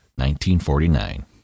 1949